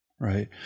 Right